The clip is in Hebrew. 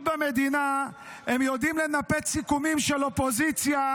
במדינה הם יודעים לנפוץ סיכומים של אופוזיציה,